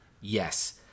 Yes